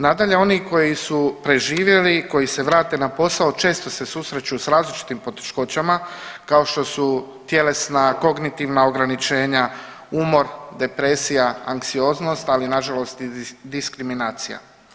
Nadalje, oni koji su preživjeli, koji se vrate na posao često se susreću sa različitim poteškoćama kao što su tjelesna, kognitivna ograničenja, umor, depresija, anksioznost, ali na žalost i diskriminacija.